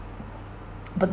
but